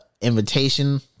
invitation